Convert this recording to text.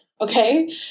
Okay